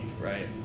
right